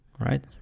right